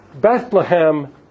Bethlehem